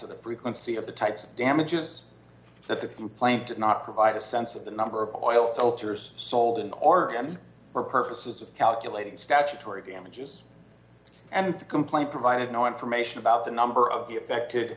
of the frequency of the type of damages that the complaint did not provide a sense of the number of oil filters sold in oregon for purposes of calculating statutory damages and complaint provided no information about the number of the affected